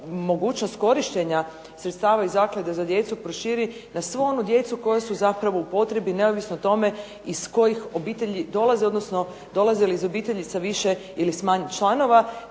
mogućnost korištenja sredstava iz Zaklade za djecu proširi na svu onu djecu koja su zapravo u potrebi neovisno o tome iz kojih obitelji dolaze, odnosno dolaze li iz obitelji sa više ili sa manje članova.